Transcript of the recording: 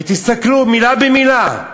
ותסתכלו, מילה במילה.